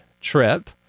trip